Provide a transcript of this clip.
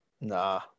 Nah